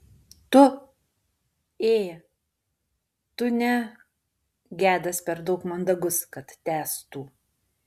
tu ė tu ne gedas per daug mandagus kad tęstų